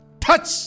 Touch